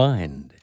Mind